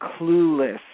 clueless